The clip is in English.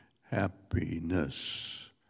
happiness